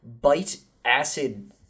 bite-acid